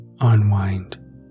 unwind